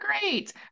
great